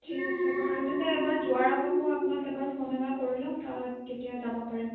ঠিক আছে বাৰু তেন্তে এবাৰ যোৱাৰ আগত মই আপোনাক এবাৰ ফোন এটা কৰি ল'ম তাত তেতিয়া যাব পাৰিম